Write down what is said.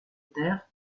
taire